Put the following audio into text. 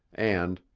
and,